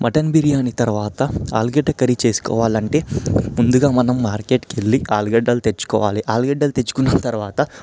mutton biryani తరువాత ఆలుగడ్డ curry చేసుకోవాలంటే ముందుగా మనం మార్కెట్కి వెళ్ళి ఆలుగడ్డలు తెచ్చుకోవాలి ఆలుగడ్డలు తెచ్చుకొన్న తరువాత